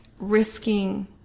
risking